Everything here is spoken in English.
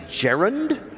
Gerund